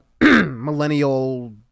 millennial